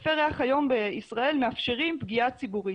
ספי ריח היום בישראל מאפשרים פגיעה ציבורית.